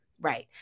right